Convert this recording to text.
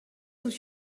sous